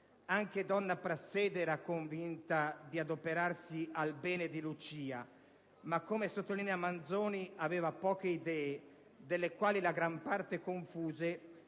Anche donna Prassede era convinta di adoperarsi al bene di Lucia, ma, come sottolinea Manzoni, aveva poche idee, di cui la gran parte confuse,